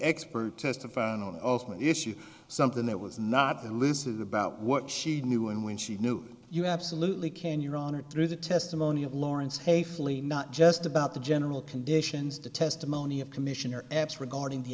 expert testified also issue something that was not the list of about what she knew and when she knew you absolutely can your honor through the testimony of lawrence hey fle not just about the general conditions the testimony of commissioner apps regarding the